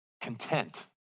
content